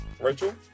rachel